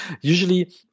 usually